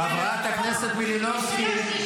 חברת הכנסת מלינובסקי.